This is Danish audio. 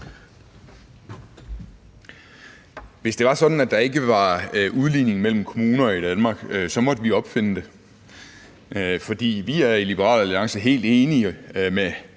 at der ikke var udligning mellem kommuner i Danmark, så måtte vi opfinde det, for vi er i Liberal Alliance helt enige med